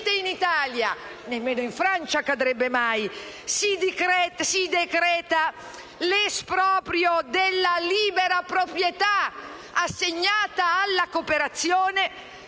in Italia (nemmeno in Francia accadrebbe mai), si decreta l'esproprio della libera proprietà organizzata nella cooperazione